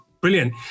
Brilliant